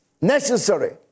necessary